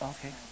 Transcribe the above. Okay